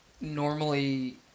normally